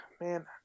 man